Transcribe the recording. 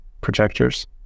projectors